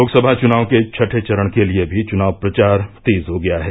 लोकसभा चुनाव के छठें चरण के लिये भी चुनाव प्रचार तेज हो गया है